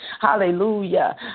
Hallelujah